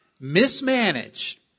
Mismanaged